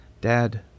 dad